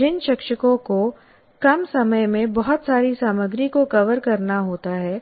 जिन शिक्षकों को कम समय में बहुत सारी सामग्री को कवर करना होता है